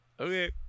Okay